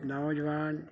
ਨੌਜਵਾਨ